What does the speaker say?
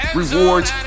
rewards